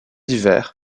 divers